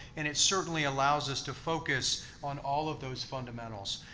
and it certainly allows us to focus on all of those fundamentals.